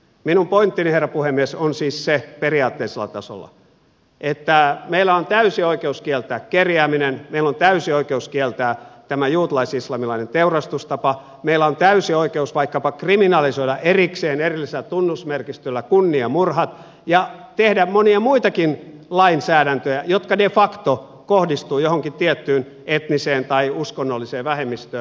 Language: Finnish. minun pointtini herra puhemies on siis se periaatteellisella tasolla että meillä on täysi oikeus kieltää kerjääminen meillä on täysi oikeus kieltää tämä juutalais islamilainen teurastustapa meillä on täysi oikeus vaikkapa kriminalisoida erikseen erillisellä tunnusmerkistöllä kunniamurha ja tehdä monia muitakin lainsäädäntöjä jotka de facto kohdistuvat johonkin tiettyyn etniseen tai uskonnolliseen vähemmistöön